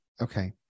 Okay